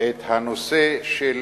את הנושא של